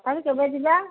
ତଥାପି କେବେ ଯିବା